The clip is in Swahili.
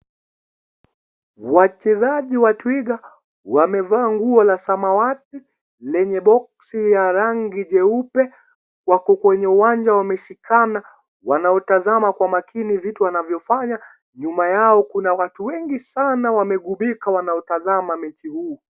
Wachezaji wa twiga wamevaa nguo la samawati lenye boksi ya rangi jeupe, wako kwenye uwanja wameshikana wanautazama kwa makini vitu wanavyofanya, nyuma yao kuna watu wengi sana wamegubika wanautazama mechi huu.